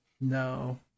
No